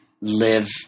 live